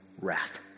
wrath